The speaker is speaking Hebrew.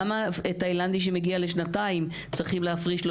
למה תאילנדי שמגיע לשנתיים צריכים להפריש לו